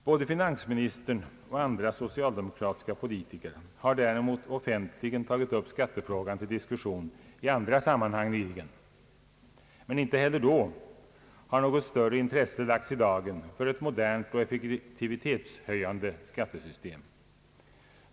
Både finansministern och andra socialdemokratiska politiker har däremot offentligen tagit upp skattefrågan till diskussion nyligen i andra sammanhang, men inte heller då har något större intresse lagts i dagen för ett modernt och effektivitetshöjande skattesystem.